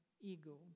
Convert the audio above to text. ego